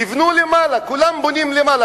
תבנו למעלה, כולם בונים למעלה.